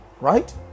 right